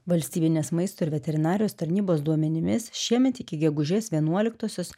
valstybinės maisto ir veterinarijos tarnybos duomenimis šiemet iki gegužės vienuoliktosios